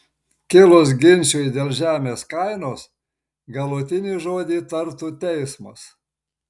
kilus ginčui dėl žemės kainos galutinį žodį tartų teismas